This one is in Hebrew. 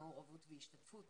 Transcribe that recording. מעורבות והשתתפות,